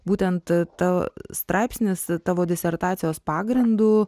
būtent ta straipsnis tavo disertacijos pagrindu